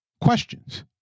Questions